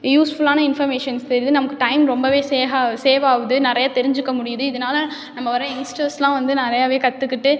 யூஸ்ஃபுல்லான இன்ஃபர்மேஷன்ஸ் தெரியுது நமக்கு டைம் ரொம்பவே சேவா சேவ் ஆகுது நிறைய தெரிஞ்சுக்க முடியுது இதனால் நம்ம வர்ற யங்ஸ்டர்ஸெலாம் வந்து நிறையவே கற்றுக்கிட்டு